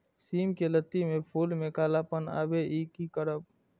सिम के लत्ती में फुल में कालापन आवे इ कि करब?